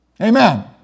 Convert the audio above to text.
Amen